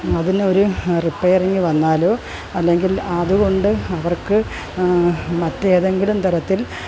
അതിന് ഒരു റിപ്പെയറിങ് വന്നാലോ അല്ലെങ്കിൽ അതുകൊണ്ട് അവർക്ക് മറ്റേതെങ്കിലും തരത്തിൽ